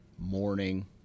Morning